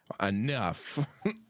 enough